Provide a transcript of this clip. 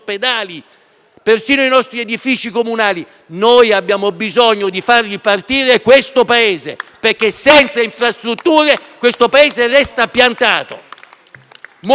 persino i nostri edifici comunali. Noi abbiamo bisogno di far ripartire questo Paese, perché senza infrastrutture resta piantato, muore.